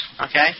okay